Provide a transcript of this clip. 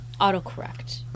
Autocorrect